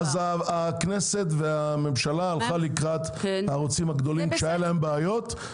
אז הכנסת והממשלה הלכו לקראת הערוצים הגדולים כשהיו להם בעיות,